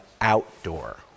outdoor